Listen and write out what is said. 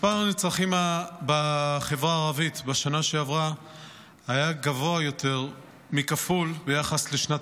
מספר הנרצחים בחברה הערבית בשנה שעברה היה גבוה יותר מכפול ביחס לשנת